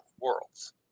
worlds